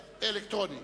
אלקטרוני.